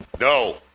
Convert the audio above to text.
No